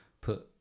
put